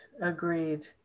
Agreed